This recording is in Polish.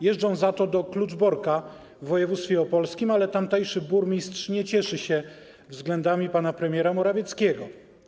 Jeżdżą za to do Kluczborka w województwie opolskim, ale tamtejszy burmistrz nie cieszy się względami pana premiera Morawieckiego.